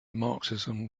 marxism